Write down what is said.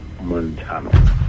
Montano